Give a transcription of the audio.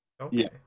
okay